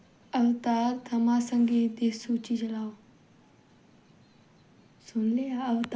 अवतार थमां संगीत दी सूची चलाओ